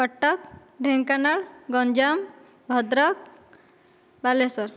Cuttack Dhenkanal Ganjam Bhadrak Baleswar